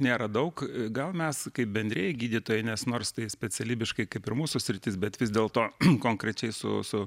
nėra daug gal mes kaip bendrieji gydytojai nes nors tai specialybiškai kaip ir mūsų sritis bet vis dėlto konkrečiai su su